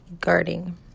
guarding